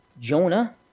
Jonah